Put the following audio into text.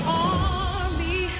army